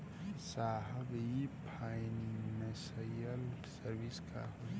साहब इ financial service का होला?